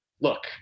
look